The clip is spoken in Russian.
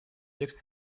текст